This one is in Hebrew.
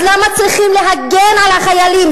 אז למה צריכים להגן על החיילים,